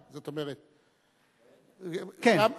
זאת אומרת, כן.